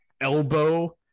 elbow